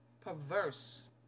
perverse